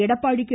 Edappadi K